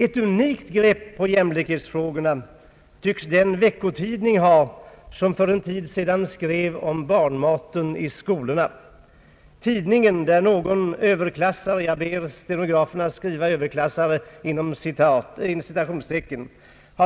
Ett unikt grepp på jämlikhetsfrågorna tycks den veckotidning ha som för en tid sedan skrev om barnmaten i skolorna. Tidningen — i vilken någon »Överklassare»